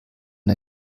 der